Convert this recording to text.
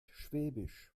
schwäbisch